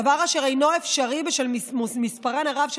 דבר אשר אינו אפשרי בשל מספרם הרב של